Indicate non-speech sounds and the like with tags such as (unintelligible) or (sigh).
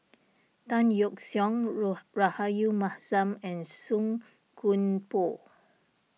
Tan Yeok Seong (unintelligible) Rahayu Mahzam and Song Koon Poh